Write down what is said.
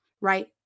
right